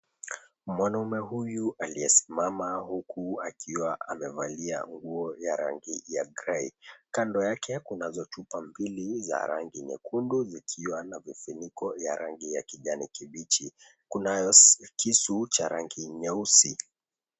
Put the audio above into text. Mwanaume huyu aliyesimama huku akiwa amevalia nguo ya rangi ya grey . Kando yake kunazo chupa za rangi nyekundu zikiwa na vifuniko ya rangi ya kijani kibichi. Kunayo kisu cha rangi nyeusi.